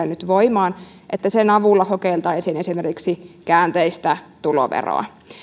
nyt voimaan sen avulla kokeiltaisiin esimerkiksi käänteistä tuloveroa